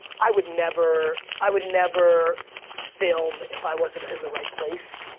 i would never, i would never film if i wasn't in the right place.